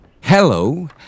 Hello